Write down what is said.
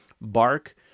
Bark